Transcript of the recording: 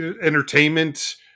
Entertainment